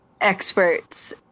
experts